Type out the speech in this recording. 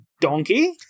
donkey